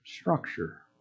structure